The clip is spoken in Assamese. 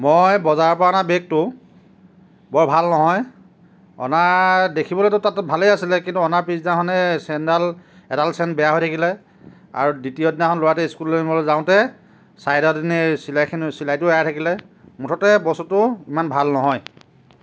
মই বজাৰৰ পৰা অনা বেগটো বৰ ভাল নহয় অনা দেখিবলৈতো তাত ভালেই আছিলে কিন্তু অনাৰ পিচদিনাখনেই চেইনডাল এডাল চেইন বেয়া হৈ থাকিলে আৰু দ্বিতীয় দিনাখন ল'ৰাটো স্কুললৈ নিবলৈ যাওঁতে চাইডৰখিনিৰ চিলাইটোও এৰাই থাকিলে মুঠতে বস্তুটো ইমান ভাল নহয়